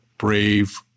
brave